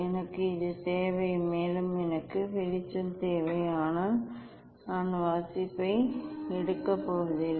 எனக்கு இது தேவை மேலும் எனக்கு வெளிச்சம் தேவை ஆனால் நான் வாசிப்பை எடுக்கப் போவதில்லை